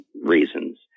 reasons